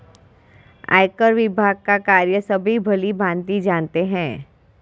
आयकर विभाग का कार्य सभी भली भांति जानते हैं